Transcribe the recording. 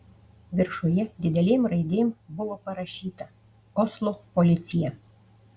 viršuje didelėm raidėm buvo parašyta oslo policija